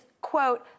quote